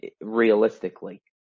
realistically